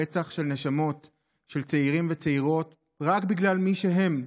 רצח של נשמות של צעירים וצעירות רק בגלל מי שהם,